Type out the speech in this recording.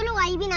and life you know